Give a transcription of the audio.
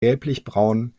gelblichbraun